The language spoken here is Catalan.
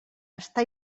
està